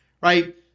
right